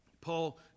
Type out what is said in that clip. Paul